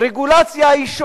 יש רגולציה.